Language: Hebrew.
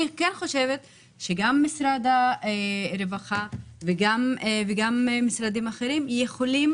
כן חושבת שגם משרד הרווחה וגם משרדים אחרים יכולים